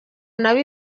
nabo